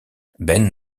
ben